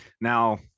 Now